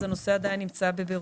והנושא נמצא עדיין בבירורים.